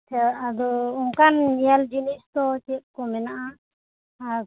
ᱟᱪᱪᱷᱟ ᱟᱫᱚ ᱚᱱᱠᱟᱱ ᱧᱮᱞ ᱡᱤᱱᱤᱥ ᱫᱚ ᱪᱮᱫ ᱠᱚ ᱢᱮᱱᱟᱜᱼᱟ ᱟᱨ